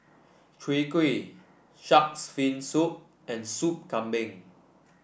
Chwee Kueh shark's fin soup and Soup Kambing